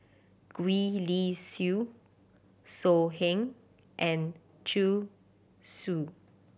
Gwee Li Sui So Heng and Zhu Xu